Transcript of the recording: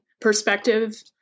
perspective